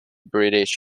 british